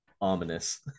Ominous